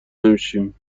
نمیشیم